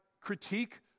critique